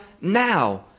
now